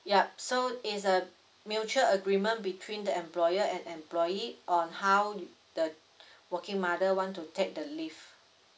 yup so is a mutual agreement between the employer and employee on how the working mother want to take the leave